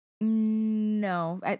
No